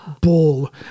bull